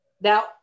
Now